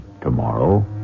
tomorrow